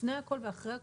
לפני הכול ואחרי הכול,